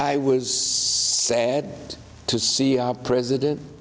i was sad to see a president